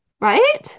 right